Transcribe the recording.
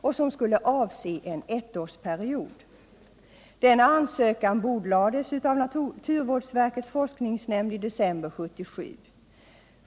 och som skulle avse en ettårsperiod. Denna ansökan bordlades av naturvårdsverkets forskningsnämnd i december 1977.